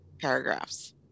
paragraphs